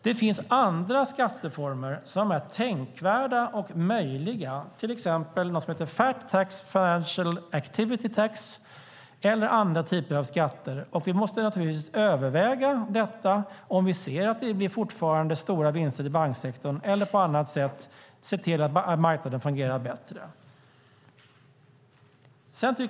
Det finns andra skatteformer som är tänkvärda och möjliga, till exempel något som heter FAT, Financial Activities Tax, eller andra typer av skatter. Om vi ser att det fortfarande blir stora vinster till banksektorn måste vi naturligtvis överväga detta eller på andra sätt se till att marknaden fungerar bättre.